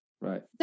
Right